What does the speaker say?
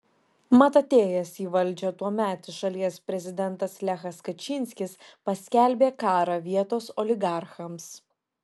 mat atėjęs į valdžią tuometis šalies prezidentas lechas kačynskis paskelbė karą vietos oligarchams